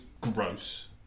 Gross